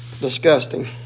disgusting